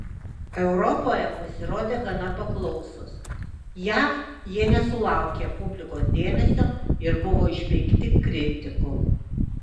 europoje pasirodė gana paklausūs jav jie nesulaukė publikos dėmesio ir buvo išpeikti kritikų